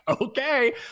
okay